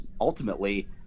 ultimately